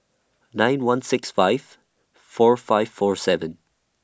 nine one six five four five four seven